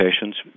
patients